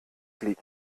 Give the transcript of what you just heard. glied